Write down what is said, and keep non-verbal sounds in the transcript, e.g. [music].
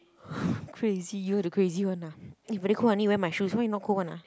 [breath] crazy you are the crazy one ah eh very cold I need to wear my shoes why you not cold one ah